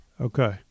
Okay